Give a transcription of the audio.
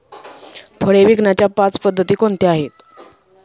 फळे विकण्याच्या पाच पद्धती कोणत्या आहेत?